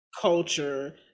culture